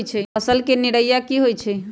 फसल के निराया की होइ छई?